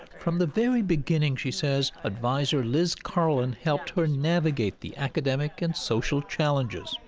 from the very beginning, she says adviser liz karlen helped her navigate the academic and social challenges.